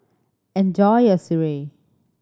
enjoy your sireh